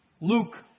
Luke